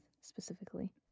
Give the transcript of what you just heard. specifically